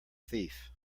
thief